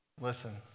Listen